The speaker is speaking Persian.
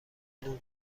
ممنوع